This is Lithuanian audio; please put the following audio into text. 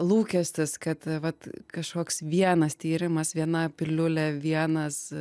lūkestis kad vat kažkoks vienas tyrimas viena piliulė vienas